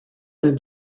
d’un